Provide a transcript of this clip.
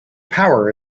power